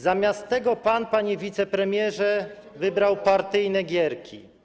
Zamiast tego pan, panie wicepremierze, wybrał partyjne gierki.